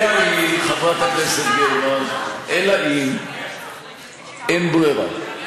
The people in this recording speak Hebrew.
אלא אם כן, חברת הכנסת גרמן, אין ברירה.